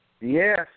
Yes